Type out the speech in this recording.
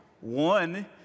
One